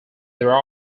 their